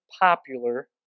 popular